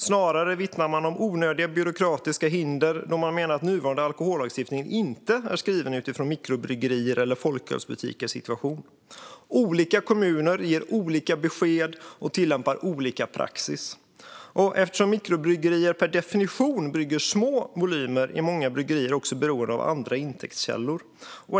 Snarare vittnar man om onödiga byråkratiska hinder då man menar att nuvarande alkohollagstiftning inte är skriven utifrån mikrobryggeriers eller folkölsbutikers situation. Olika kommuner ger olika besked och tillämpar olika praxis. Eftersom mikrobryggerier per definition brygger små volymer är många bryggerier också beroende av andra intäktskällor.